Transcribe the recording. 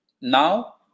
Now